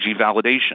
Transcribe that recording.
validation